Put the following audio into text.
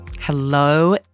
Hello